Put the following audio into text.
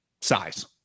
size